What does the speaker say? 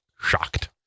Shocked